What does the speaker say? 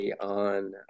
on